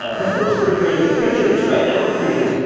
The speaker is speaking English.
ah printers. refrigerators, printers, right, network printers.